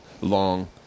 long